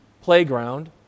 playground